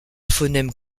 phonème